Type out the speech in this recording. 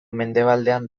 mendebaldean